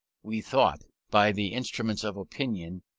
we thought, by the instrument of opinion,